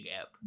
app